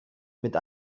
mit